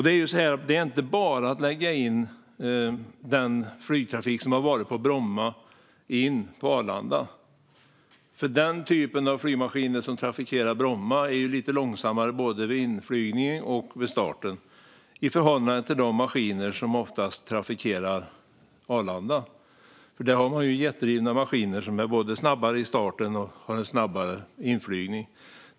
Det är inte bara att lägga in den flygtrafik som har varit på Bromma på Arlanda. Den typ av flygmaskiner som trafikerar Bromma är lite långsammare både vid inflygning och vid start i förhållande till de maskiner som oftast trafikerar Arlanda. Där har man jetdrivna maskiner, som både är snabbare i starten och vid inflygning.